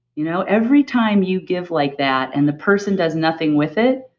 you know every time you give like that and the person does nothing with it,